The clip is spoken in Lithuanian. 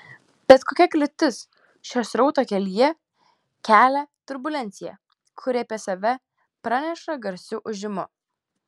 bet kokia kliūtis šio srauto kelyje kelia turbulenciją kuri apie save praneša garsiu ūžimu